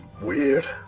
weird